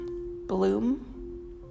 bloom